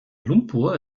lumpur